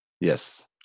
Yes